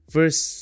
First